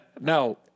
No